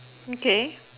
okay